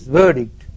verdict